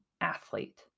athlete